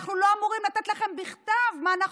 אנחנו לא אמורים לתת לכם בכתב את הדברים שאנחנו